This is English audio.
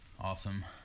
Awesome